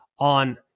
On